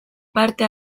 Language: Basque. parte